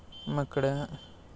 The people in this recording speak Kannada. ನಮ್ಮ ಕಡೆ